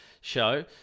show